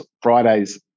Fridays